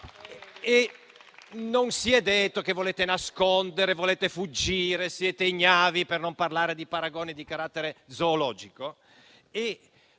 non si è detto che vi volevate nascondere, che volevate fuggire, che eravate ignavi; per non parlare di paragone di carattere zoologico.